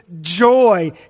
joy